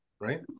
right